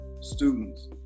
students